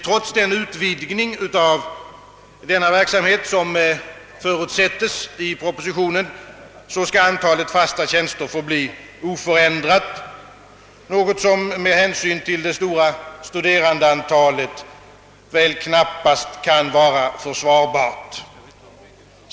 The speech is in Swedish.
Trots den utvidgning av denna verksamhet, som förutsättes i propositionen, skall antalet fasta tjänster förbli oförändrat, något som med hänsyn till det stora antalet studenter knappast kan vara försvarbart.